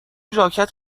ژاکت